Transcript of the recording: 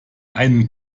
einen